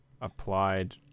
applied